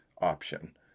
option